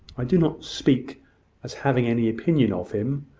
i do not speak as having any opinion of him,